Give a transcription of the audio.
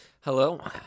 Hello